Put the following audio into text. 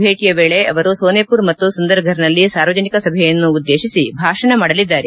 ಭೇಟಿಯ ವೇಳೆ ಅವರು ಸೊನೆಮರ್ ಮತ್ತು ಸುಂದರ್ಗರ್ನಲ್ಲಿ ಸಾರ್ವಜನಿಕ ಸಭೆಯನ್ನು ಉದ್ದೇಶಿಸಿ ಭಾಷಣ ಮಾಡಲಿದ್ದಾರೆ